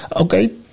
Okay